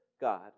God